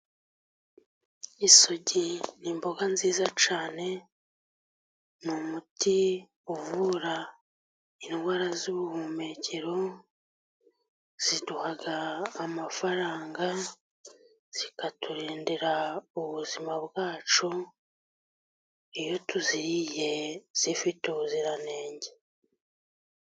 Isogi ni imboga nziza cyane, ni umuti uvura indwara z'ubuhumekero, ziduha amafaranga, zikaturindira ubuzima bwacu, iyo tuziriye zifite ubuziranenge.